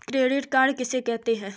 Credit card किसे कहते हैं?